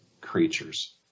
creatures